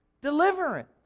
Deliverance